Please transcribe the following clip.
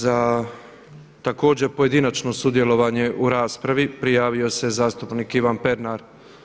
Za također pojedinačno sudjelovanje u raspravi prijavio se zastupnik Ivan Pernar.